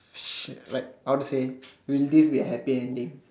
shit like how to say we live with a happy ending